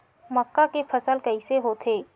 मक्का के फसल कइसे होथे?